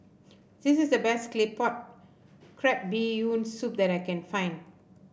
this is the best claypot crab bee yoon soup that I can find